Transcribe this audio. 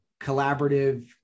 collaborative